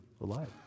alive